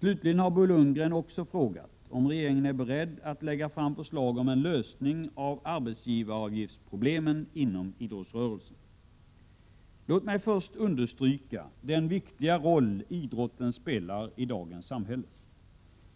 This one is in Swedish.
Slutligen har Bo Lundgren också frågat om regeringen är beredd att lägga fram förslag om en lösning av arbetsgivaravgiftsproblemen inom idrottsrörelsen. Låt mig först understryka den viktiga roll idrotten spelar i dagens samhälle.